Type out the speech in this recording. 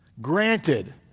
granted